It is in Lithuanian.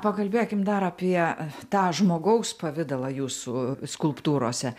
pakalbėkim dar apie tą žmogaus pavidalą jūsų skulptūrose